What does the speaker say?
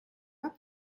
not